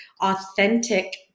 authentic